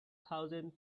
thousand